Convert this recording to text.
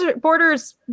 Borders